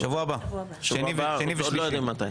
בשבוע הבא, שני ושלישי.